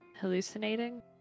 hallucinating